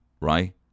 right